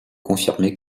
confirmé